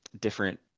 different